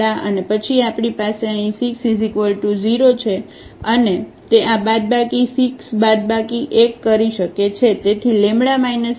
અને પછી આપણી પાસે અહીં 6 0 છે અને તે આ બાદબાકી 6 બાદબાકી 1 કરી શકે છે